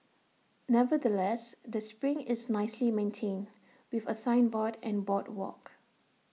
nevertheless the spring is nicely maintained with A signboard and boardwalk